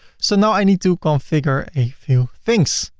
so now i need to configure a few things.